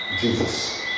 Jesus